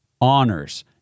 honors